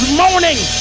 morning